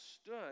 stood